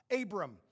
Abram